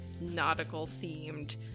nautical-themed